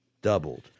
doubled